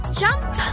jump